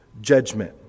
judgment